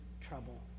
trouble